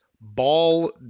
ball